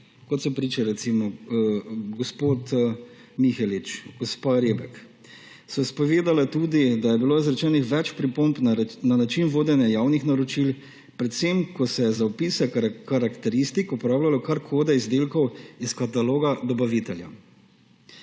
kot so priče gospod Mihelič, gospa Rebek, so priče tudi povedale, da je bilo izrečenih več pripomb na način vodenja javnih naročil predvsem, ko se je za vpise karakteristik uporabljalo kar kode izdelkov iz kataloga dobavitelja.